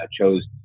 chose